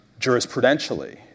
jurisprudentially